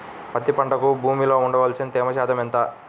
పత్తి పంటకు భూమిలో ఉండవలసిన తేమ ఎంత?